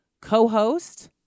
co-host